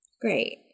Great